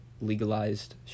legalized